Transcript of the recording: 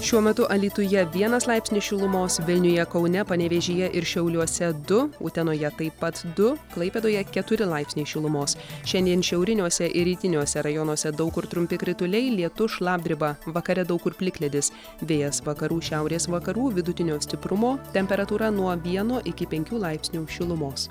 šiuo metu alytuje vienas laipsnis šilumos vilniuje kaune panevėžyje ir šiauliuose du utenoje taip pat du klaipėdoje keturi laipsniai šilumos šiandien šiauriniuose ir rytiniuose rajonuose daug kur trumpi krituliai lietus šlapdriba vakare daug kur plikledis vėjas vakarų šiaurės vakarų vidutinio stiprumo temperatūra nuo vieno iki penkių laipsnių šilumos